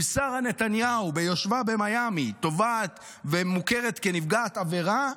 אם שרה נתניהו ביושבה במיאמי תובעת ומוכרת כנפגעת עבירה,